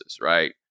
right